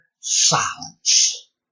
silence